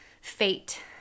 fate